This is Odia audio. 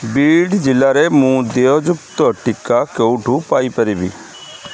ବୀଡ଼୍ ଜିଲ୍ଲାରେ ମୁଁ ଦେୟଯୁକ୍ତ ଟିକା କେଉଁଠୁ ପାଇ ପାରିବି